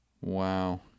Wow